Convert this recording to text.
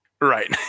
right